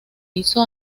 hizo